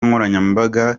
nkoranyambaga